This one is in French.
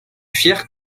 fier